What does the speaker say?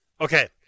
Okay